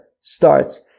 starts